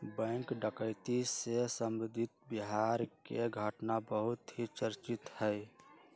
bank डकैती से संबंधित बिहार के घटना बहुत ही चर्चित हई